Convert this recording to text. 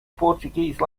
portuguese